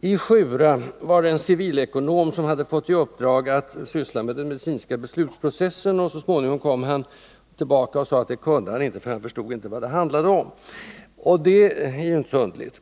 dem. I Sjura fick en civilekonom i uppdrag att syssla med den medicinska beslutsprocessen. Så småningom meddelade han att han inte kunde utföra uppdraget, för han förstod inte vad det handlade om. Det är ju inte så underligt.